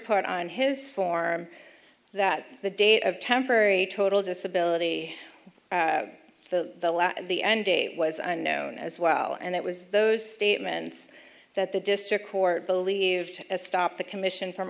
put on his form that the date of temporary total disability the the end date was known as well and it was those statements that the district court believed stop the commission from